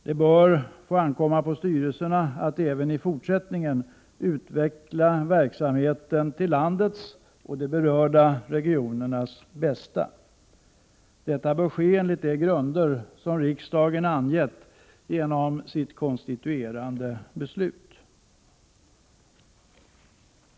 Det bör ankomma på styrelserna att även i fortsättningen utveckla verksamheten till landets och de berörda regionernas bästa. Detta bör ske enligt de grunder som riksdagen angett genom sitt konstituerande beslut.